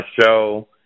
show